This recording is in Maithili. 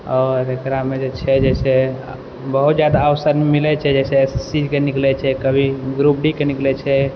आओर एकरामे जे छै जैसँ बहुत जादा अवसर मिलय छै जइसे एस एस सी के निकलइ छै कभी ग्रुप डी के निकलइ छै